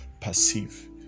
perceive